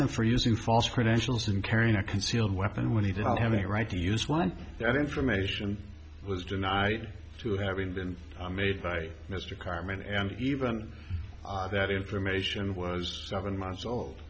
him for using false credentials and carrying a concealed weapon when he didn't have a right to use one that information was deny to having been made by mr carmen and even that information was seven months old